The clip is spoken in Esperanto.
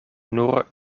nur